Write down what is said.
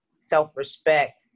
self-respect